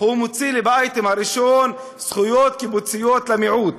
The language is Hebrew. הוא מוציא לי באייטם הראשון זכויות קיבוציות למיעוט,